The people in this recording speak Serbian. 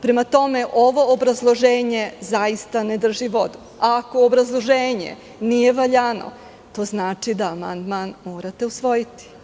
Prema tome, ovo obrazloženje zaista ne drži vodu, a ako obrazloženje nije valjano, to znači da amandman morate usvojiti.